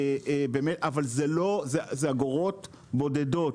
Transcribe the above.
אבל זה אגורות בודדות.